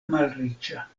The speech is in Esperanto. malriĉa